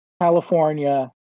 California